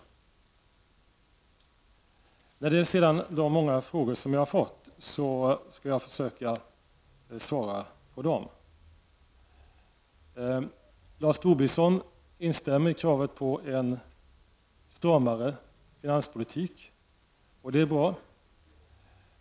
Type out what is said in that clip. Jag skall försöka att svara på de många frågor som jag har fått. Lars Tobisson instämmer i kravet på en stramare finanspolitik, och det är bra.